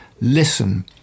Listen